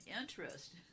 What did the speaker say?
interest